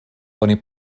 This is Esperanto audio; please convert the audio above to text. oni